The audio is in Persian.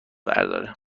برداره